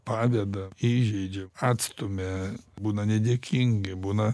padeda įžeidžia atstumia būna nedėkingi būna